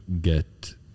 get